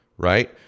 right